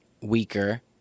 weaker